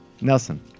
Nelson